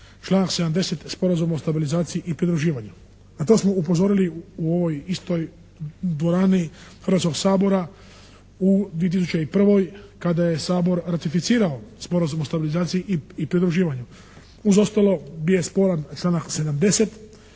članak 70. Sporazum o stabilizaciji i pridruživanju. Na to smo upozorili u ovoj istoj dvorani Hrvatskog sabora u 2001. kada je Sabor ratificirao Sporazum o stabilizaciji i pridruživanju. Uz ostalo bio je sporan članak 70.